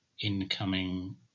incoming